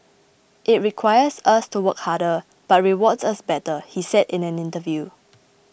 it requires us to work harder but rewards us better he said in an interview